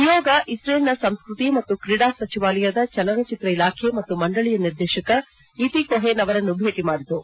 ನಿಯೋಗ ಇಕ್ರೇಲ್ನ ಸಂಸ್ಟತಿ ಮತ್ತು ಕ್ರೀಡಾ ಸಚಿವಾಲಯದ ಚಲನಚಿತ್ರ ಇಲಾಖೆ ಮತ್ತು ಮಂಡಳಿಯ ನಿರ್ದೇಶಕ ಇತಿ ಕೊಹೆನ್ ಅವರನ್ನು ಭೇಟಿ ಮಾಡಿತು